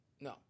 No